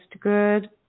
good